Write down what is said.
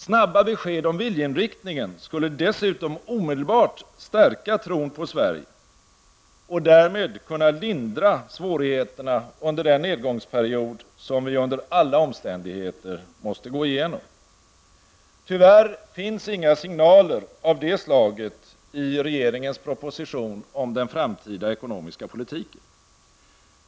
Snabba besked om viljeinriktningen skulle dessutom omedelbart stärka tron på Sverige och därmed kunna lindra svårigheterna under den nedgångsperiod som vi under alla omständigheter måste gå igenom. Tyvärr finns det inga signaler av det slaget i regeringens proposition om den framtida ekonomiska politiken.